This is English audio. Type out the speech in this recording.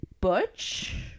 butch